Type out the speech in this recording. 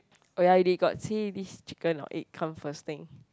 oh ya they got say this chicken or egg come first thing